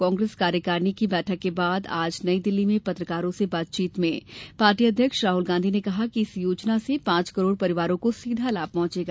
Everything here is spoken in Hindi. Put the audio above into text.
कांग्रेस कार्यकारिणी की बैठक के बाद आज नई दिल्ली में पत्रकारों से बातचीत में पार्टी अध्यक्ष राहुल गांधी ने कहा कि इस योजना से पांच करोड़ परिवारों को सीधा लाभ पहंचेगा